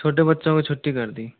छोटे बच्चों कि छुट्टी कर दी